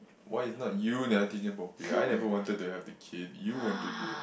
why is not you never teach them properly I never wanted to have the kid you wanted it